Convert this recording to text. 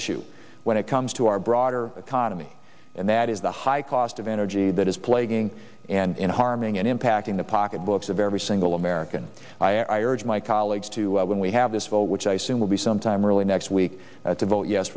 issue when it comes to our broader economy and that is the high cost of energy that is plaguing and harming and impacting the pocketbooks of every single american i urge my colleagues to when we have this vote which i assume will be sometime early next week to vote yes